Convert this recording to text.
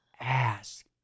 ask